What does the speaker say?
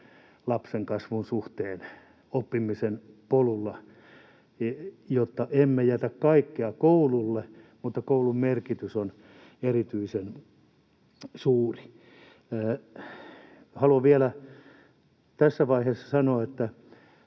lapsen kasvun suhteen oppimisen polulla, jotta emme jätä kaikkea koululle, mutta koulun merkitys on erityisen suuri. Haluan vielä tässä vaiheessa sanoa, että